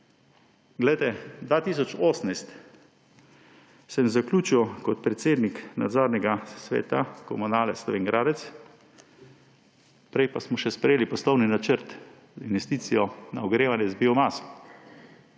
Glejte, 2018 sem zaključil kot predsednik nadzornega sveta Komunale Slovenj Gradec, prej pa smo še sprejeli poslovni načrt, investicijo na ogrevanje z biomaso.